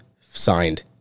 signed